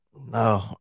No